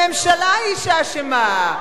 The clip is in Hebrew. הממשלה היא שאשמה.